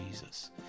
Jesus